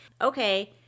okay